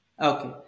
okay